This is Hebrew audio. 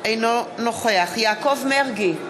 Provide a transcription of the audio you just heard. אינו נוכח יעקב מרגי,